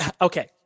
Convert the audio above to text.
okay